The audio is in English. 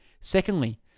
Secondly